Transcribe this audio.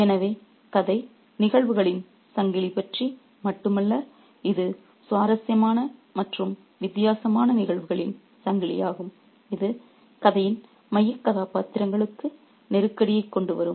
எனவே கதை நிகழ்வுகளின் சங்கிலி பற்றி மட்டுமல்ல இது சுவாரஸ்யமான மற்றும் வித்தியாசமான நிகழ்வுகளின் சங்கிலியாகும் இது கதையின் மைய கதாபாத்திரங்களுக்கு நெருக்கடியைக் கொண்டுவரும்